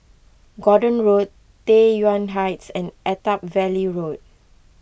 Gordon Road Tai Yuan Heights and Attap Valley Road